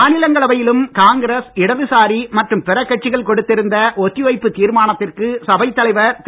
மாநிலங்களவையிலும் காங்கிரஸ் இடதுசாரி மற்றும் பிற கட்சிகள் கொடுத்திருந்த ஒத்திவைப்பு தீர்மானத்திற்கு சபைத் தலைவர் திரு